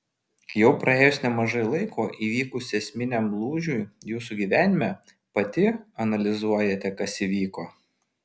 jau praėjus nemažai laiko įvykus esminiam lūžiui jūsų gyvenime pati analizuojate kas įvyko